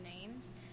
names—